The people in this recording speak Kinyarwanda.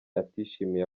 atishimiye